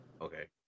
Okay